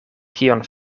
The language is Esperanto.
kion